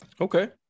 Okay